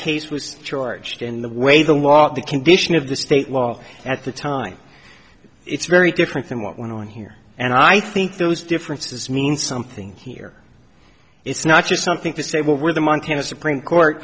case was charged in the way the law the condition of the state law at the time it's very different than what went on here and i think those differences mean something here it's not just something to say well we're the montana supreme court